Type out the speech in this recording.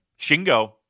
Shingo